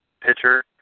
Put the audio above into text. pitcher